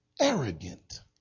arrogant